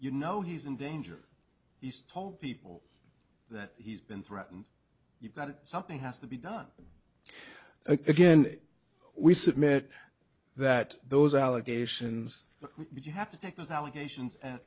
you know he's in danger he's told people that he's been threatened you've got something has to be done again we submit that those allegations you have to take those allegations